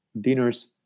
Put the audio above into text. dinners